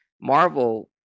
Marvel